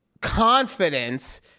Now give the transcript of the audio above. confidence